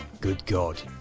good god.